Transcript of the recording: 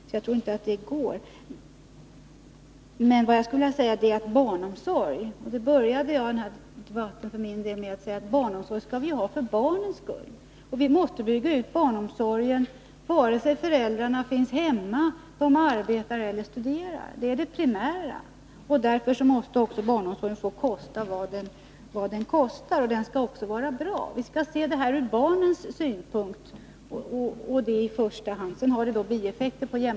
Men barnomsorgen skall vi ha för barnens skull, som jag sade i början av debatten. Och vi måste bygga ut barnomsorgen, vare sig föräldrarna finns hemma, arbetar eller studerar — det är det primära. Därför måste barnomsorgen få kosta vad den kostar, och den skall också vara bra. Vi skall se det hela ur barnens synpunkt i första hand. Sedan har det bieffekter påt.ex.